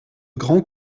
grand